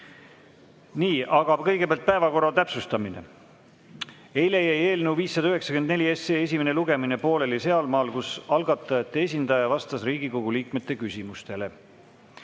Nii, aga kõigepealt päevakorra täpsustamine. Eile jäi eelnõu 594 esimene lugemine pooleli sealmaal, kus algatajate esindaja vastas Riigikogu liikmete küsimustele.